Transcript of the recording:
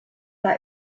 war